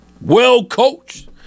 Well-coached